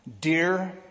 dear